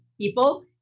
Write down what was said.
people